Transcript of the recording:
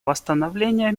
восстановления